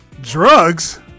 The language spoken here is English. Drugs